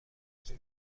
لطفا